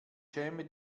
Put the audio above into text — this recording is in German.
schäme